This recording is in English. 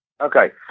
Okay